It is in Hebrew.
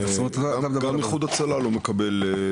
גם איחוד הצלה לא מקבל,